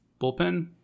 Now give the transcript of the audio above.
bullpen